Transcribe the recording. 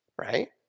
right